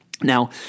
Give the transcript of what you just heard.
Now